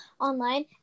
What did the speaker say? online